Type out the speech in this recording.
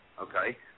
okay